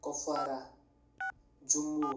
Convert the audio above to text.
Kupwara Jammu